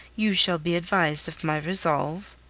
you shall be advised of my resolve.